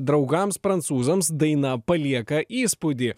draugams prancūzams daina palieka įspūdį